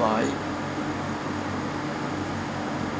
bye